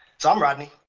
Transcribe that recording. so i'm rodney.